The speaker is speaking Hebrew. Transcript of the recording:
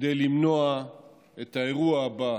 כדי למנוע את האירוע הבא,